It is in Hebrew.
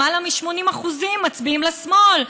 למעלה מ-80% מצביעים לשמאל,